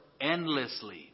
endlessly